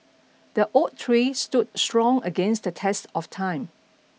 the oak tree stood strong against the test of time